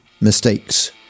mistakes